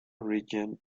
region